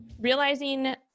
realizing